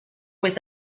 with